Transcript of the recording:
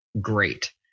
great